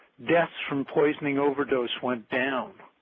deaths from poisoning overdose went down